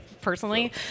personally